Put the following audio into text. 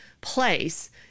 place